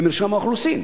במרשם האוכלוסין,